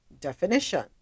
definition